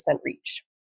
reach